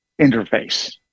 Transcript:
interface